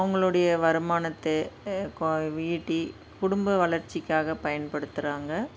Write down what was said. அவங்களுடைய வருமானத்தை ஈட்டி குடும்ப வளர்ச்சிக்காகப் பயன்படுத்துகிறாங்க